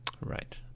Right